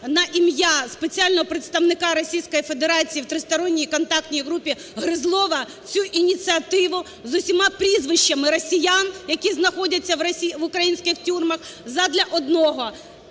на ім'я спеціального представника Російської Федерації в трьохсторонній контактній групі Гризлова цю ініціативу з усіма прізвищами росіян, які знаходяться в українських тюрмах, задля одного –